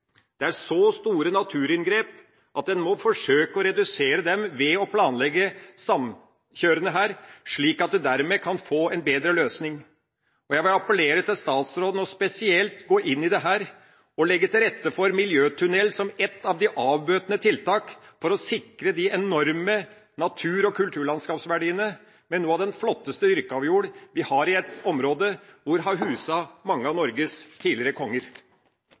Det er så store naturinngrep at en må forsøke å redusere dem ved å planlegge samkjørende, slik at en dermed kan få en bedre løsning. Jeg vil appellere til statsråden om spesielt å gå inn i dette og legge til rette for miljøtunnel som ett av de avbøtende tiltakene for å sikre de enorme natur- og kulturlandskapsverdiene, med noe av den flotteste dyrka jord vi har, i et område som har huset mange av Norges tidligere konger.